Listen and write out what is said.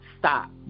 stop